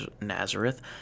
Nazareth